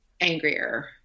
angrier